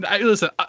Listen